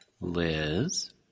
Liz